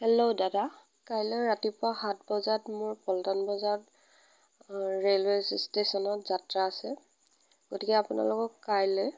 hello দাদা কাইলৈ ৰাতিপুৱা সাত বজাত মোৰ পল্টন বজাৰ ৰেলৱে ষ্টেচনত যাত্ৰা আছে গতিকে আপোনালোকক কাইলৈ